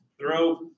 throw